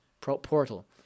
portal